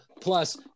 plus